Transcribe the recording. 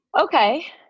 Okay